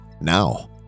now